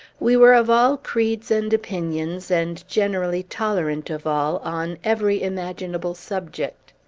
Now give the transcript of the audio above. we were of all creeds and opinions, and generally tolerant of all, on every imaginable subject.